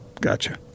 Gotcha